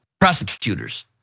prosecutors